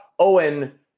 Owen